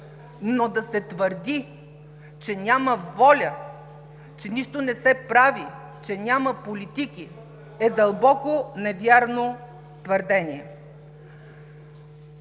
но да се твърди, че няма воля, че нищо не се прави, че няма политики, е дълбоко невярно твърдение.